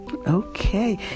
Okay